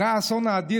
אחרי האסון האדיר,